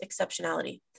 exceptionality